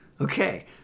Okay